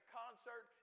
concert